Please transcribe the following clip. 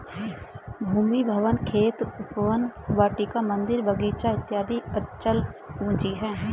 भूमि, भवन, खेत, उपवन, वाटिका, मन्दिर, बगीचा इत्यादि अचल पूंजी है